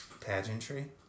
Pageantry